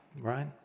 right